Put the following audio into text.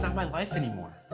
so my life anymore.